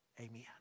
Amen